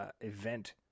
event